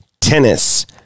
tennis